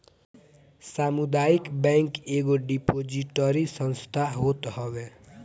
सामुदायिक बैंक एगो डिपोजिटरी संस्था होत हवे